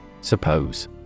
Suppose